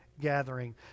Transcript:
gathering